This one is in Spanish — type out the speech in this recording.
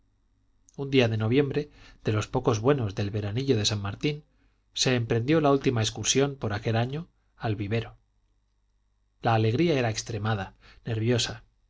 un día de noviembre de los pocos buenos del veranillo de san martín se emprendió la última excursión por aquel año al vivero la alegría era extremada nerviosa